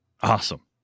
Awesome